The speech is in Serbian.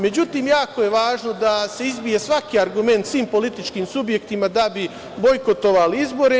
Međutim, jako je važno da se izbije svaki argument svim političkim subjektima da bi bojkotovali izbore.